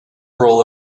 rule